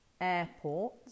airport